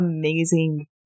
amazing